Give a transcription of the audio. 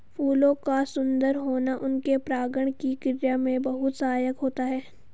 फूलों का सुंदर होना उनके परागण की क्रिया में बहुत सहायक होता है